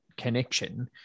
connection